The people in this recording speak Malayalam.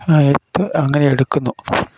ആയിട്ട് അങ്ങനെ എടുക്കുന്നു